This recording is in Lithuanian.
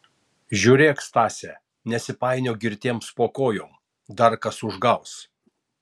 žiūrėk stase nesipainiok girtiems po kojom dar kas užgaus